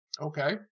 Okay